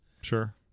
Sure